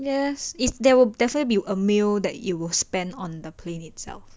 yes is there will definitely be a meal that you will spend on the plane itself